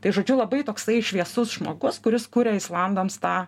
tai žodžiu labai toksai šviesus žmogus kuris kuria islandams tą